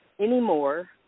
anymore